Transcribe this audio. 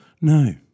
No